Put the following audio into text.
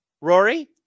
Rory